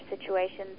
situations